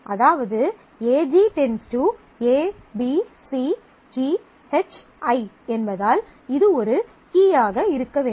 அதாவது AG → ABCGHI என்பதால் இது ஒரு கீயாக இருக்க வேண்டும்